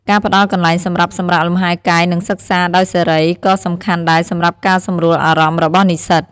ការផ្តល់កន្លែងសម្រាប់សម្រាកលំហែកាយនិងសិក្សាដោយសេរីក៏សំខាន់ដែរសម្រាប់ការសម្រួលអារម្មណ៍របស់និស្សិត។